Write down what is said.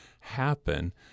happen